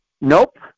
Nope